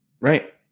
Right